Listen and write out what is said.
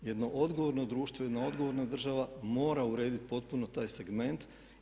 Jedno odgovorno društvo, jedno odgovorna država mora urediti potpuno taj segment.